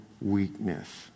weakness